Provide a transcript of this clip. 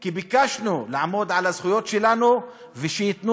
כי ביקשנו לעמוד על הזכויות שלנו ושייתנו